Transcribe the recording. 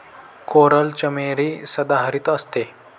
coral चमेली सदाहरित असते